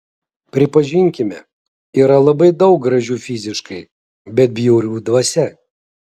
pripažinkime yra labai daug gražių fiziškai bet bjaurių dvasia